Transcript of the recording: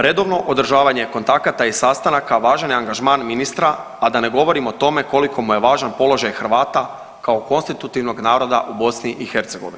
Redovno održavanje kontakata i sastanaka važan je angažman ministra, a da ne govorim o tome koliko mu je važan položaj Hrvata kao konstitutivnog naroda u BiH.